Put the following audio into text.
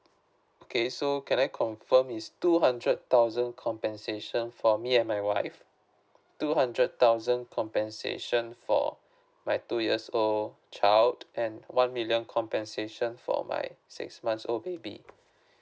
okay so can I confirm is two hundred thousand compensation for me and my wife two hundred thousand compensation for my two years old child and one million compensation for my six months old baby